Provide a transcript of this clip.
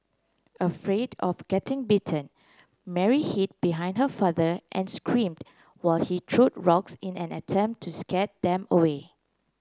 afraid of getting bitten Mary hid behind her father and screamed while he threw rocks in an attempt to scare them away